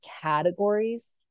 categories